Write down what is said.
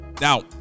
Now